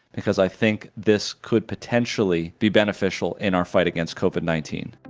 because i think this could potentially be beneficial in our fight against covid nineteen,